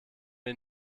wir